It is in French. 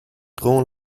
rend